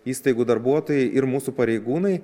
įstaigų darbuotojai ir mūsų pareigūnai